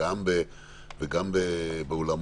וגם באולמות,